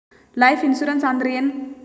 Life insurance ಅಂದ್ರ ಏನ?